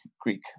Greek